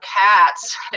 cats